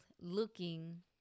looking